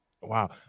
wow